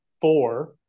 four